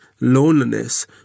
loneliness